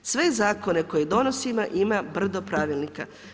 Sve zakone koje donosimo ima brdo pravilnika.